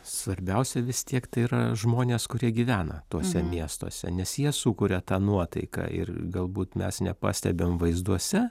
svarbiausia vis tiek tai yra žmonės kurie gyvena tuose miestuose nes jie sukuria tą nuotaiką ir galbūt mes nepastebim vaizduose